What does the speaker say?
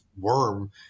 worm